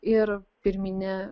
ir pirminė